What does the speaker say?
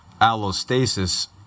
allostasis